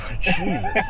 Jesus